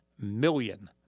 Million